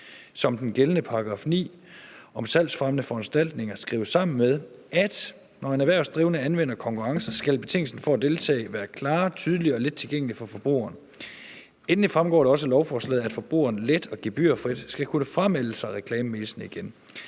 som den gældende § 9 om salgsfremmende foranstaltninger skrives sammen med, at når en erhvervsdrivende anvender konkurrencer, skal betingelsen for at deltage være klare, tydelige og let tilgængelige for forbrugeren. Endelig fremgår det også af lovforslaget, at forbrugeren let og gebyrfrit skal kunne framelde sig reklamemailene igen.